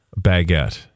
baguette